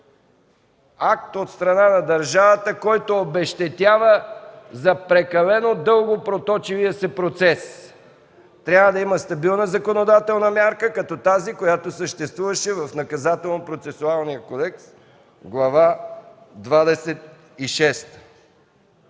акт от страна на държавата, който обезщетява за прекалено дълго проточилия се процес. Трябва да има стабилна законодателна мярка, като тази, която съществуваше в